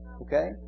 Okay